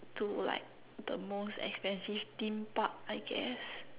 to like the most expensive theme Park I guess